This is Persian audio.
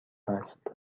است